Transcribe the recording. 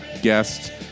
guest